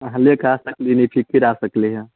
अहाँ लेके आ सकली हं फिर आ सकली हंँ